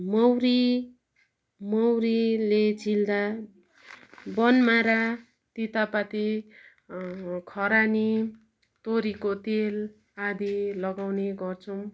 मौरी मौरीले चिल्दा बनमारा तितेपाती खरानी तोरीको तेल आदि लगाउने गर्छौँ